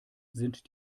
sind